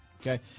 okay